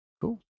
Cool